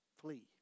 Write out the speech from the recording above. flee